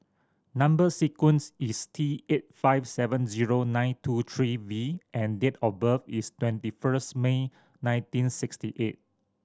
number sequence is T eight five seven zero nine two three V and date of birth is twenty first May nineteen sixty eight